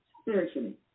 spiritually